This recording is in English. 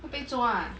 会被抓 ah